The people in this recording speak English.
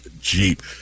Jeep